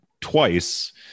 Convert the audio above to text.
twice